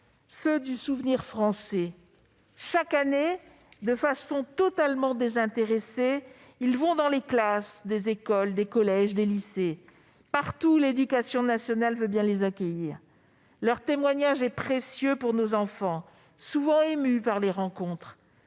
ceux du Souvenir français. Chaque année, de façon totalement désintéressée, ils vont dans les classes des écoles, des collèges et des lycées, partout où l'éducation nationale veut bien les accueillir. Leur témoignage est précieux pour nos enfants, souvent émus par ces rencontres.